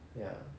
ya